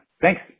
Thanks